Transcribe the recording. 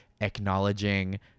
acknowledging